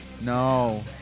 No